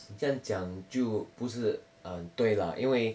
这样讲就不是 um 对啦因为